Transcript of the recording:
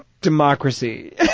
democracy